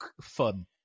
fun